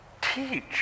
Teach